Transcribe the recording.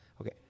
okay